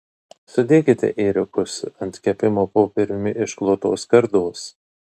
sudėkite ėriukus ant kepimo popieriumi išklotos skardos